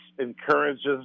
encourages